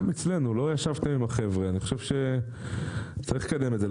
לא ישבתם עם החבר'ה ואני חושב שצריך לקדם את זה.